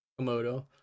Komodo